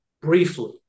briefly